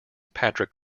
patrick